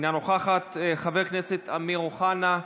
אינה נוכחת, חבר הכנסת אמיר אוחנה,